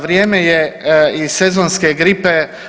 Vrijeme je i sezonske gripe.